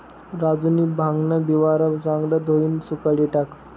राजूनी भांगन बिवारं चांगलं धोयीन सुखाडी टाकं